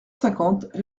cinquante